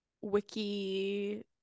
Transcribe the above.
Wiki